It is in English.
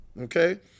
Okay